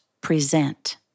present